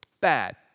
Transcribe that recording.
bad